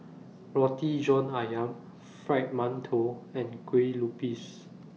Roti John Ayam Fried mantou and Kueh Lupis